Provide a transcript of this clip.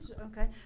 Okay